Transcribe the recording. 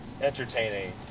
entertaining